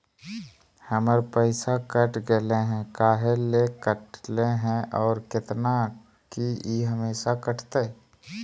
हमर पैसा कट गेलै हैं, काहे ले काटले है और कितना, की ई हमेसा कटतय?